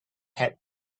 het